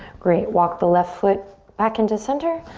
great, walk the left foot back into center.